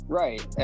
right